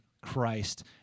Christ